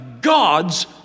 God's